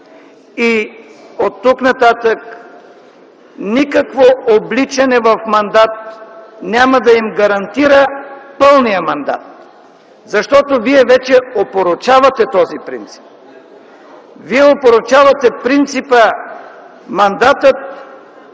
и оттук нататък никакво обличане в мандат няма да им гарантира пълния мандат, защото вие вече опорочавате този принцип. Вие опорочавате принципа мандатът